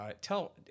tell